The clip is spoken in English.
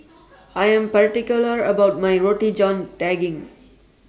I Am particular about My Roti John Daging